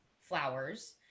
flowers